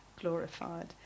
glorified